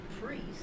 priest